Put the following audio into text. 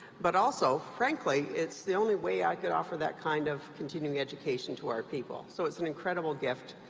but also, frankly, it's the only way i could offer that kind of continuing education to our people. so it's an incredible gift,